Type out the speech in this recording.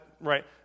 right